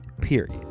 period